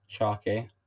Sharky